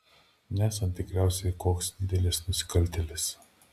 nesat tikriausiai koks didelis nusikaltėlis